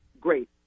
great